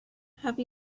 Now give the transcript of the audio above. have